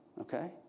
Okay